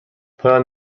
پایان